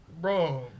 Bro